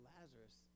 Lazarus